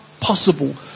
possible